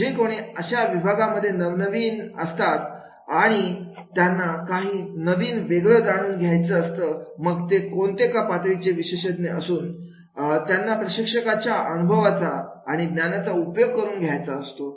जे कोणी अशा विभागांमध्ये नवीन असतात आणि त्यांना काही नवीन वेगळं जाणून घ्यायचं असतं मग ते कोणते का पातळीचे विशेषज्ञ असून त्यांना प्रशिक्षकाच्या अनुभवाचा आणि ज्ञानाचा उपयोग करून घ्यायचा असतो